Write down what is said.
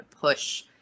push